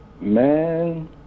man